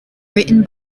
written